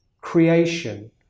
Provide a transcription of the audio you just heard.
creation